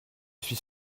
suis